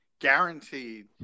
guaranteed